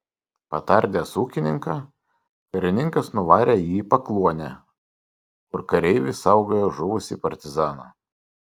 patardęs ūkininką karininkas nuvarė jį į pakluonę kur kareivis saugojo žuvusį partizaną